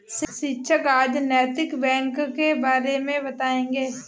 शिक्षक आज नैतिक बैंक के बारे मे बताएँगे